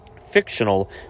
Fictional